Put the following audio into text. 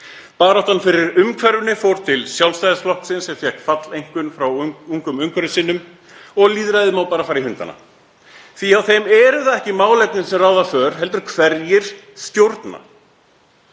Baráttan fyrir umhverfinu fór til Sjálfstæðisflokksins, sem fékk falleinkunn frá Ungum umhverfissinnum, og lýðræðið má bara fara í hundana. Hjá þeim eru það ekki málefnin sem ráða för heldur hverjir stjórna.